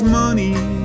money